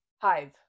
Hive